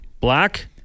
Black